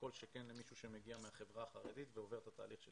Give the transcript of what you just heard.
כל שכן למישהו שמגיע מהחברה החרדית ועובר את התהליך של